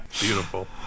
beautiful